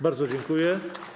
Bardzo dziękuję.